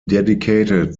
dedicated